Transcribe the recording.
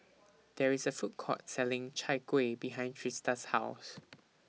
There IS A Food Court Selling Chai Kuih behind Trista's House